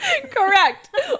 Correct